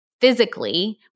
physically